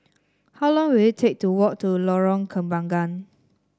how long will it take to walk to Lorong Kembangan